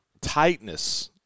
tightness